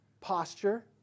posture